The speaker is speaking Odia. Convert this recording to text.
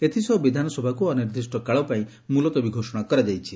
ଏଥିସହ ବିଧାନସଭାକୁ ଅନିର୍ବ୍ବିଷ୍ କାଳ ପାଇଁ ମୁଲତବୀ ଘୋଷଣା କରାଯାଇଛି